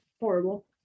horrible